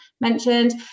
mentioned